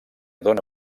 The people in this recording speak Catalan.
dóna